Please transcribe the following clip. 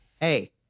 hey